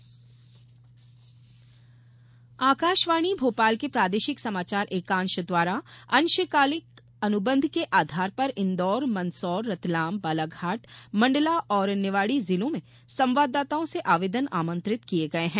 अंशकालिक संवाददाता आकाशवाणी भोपाल के प्रादेशिक समाचार एकांश द्वारा अंशकालिक अनुबंध के आधार पर इन्दौर मंदसौर रतलाम बालाघाट मंडला और निवाड़ी जिलों में संवाददाताओं से आवेदन आमंत्रित किये गये हैं